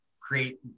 create